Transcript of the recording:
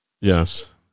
Yes